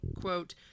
quote